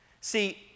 See